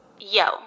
Yo